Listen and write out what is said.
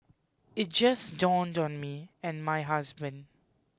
it just dawned on me and my husband